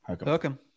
Welcome